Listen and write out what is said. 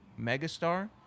megastar